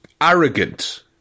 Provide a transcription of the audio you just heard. arrogant